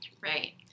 Right